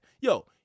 Yo